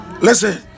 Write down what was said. listen